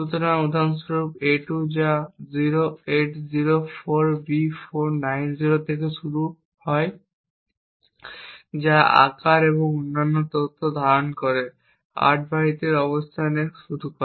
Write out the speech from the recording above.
সুতরাং উদাহরণস্বরূপ a2 যা 0804B490 থেকে শুরু হয় যা আকার এবং অন্যান্য তথ্য ধারণ করে 8 বাইটের অবস্থানে শুরু হয়